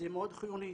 זה מאוד חיוני.